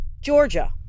Georgia